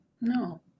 No